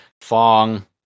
Fong